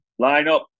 lineup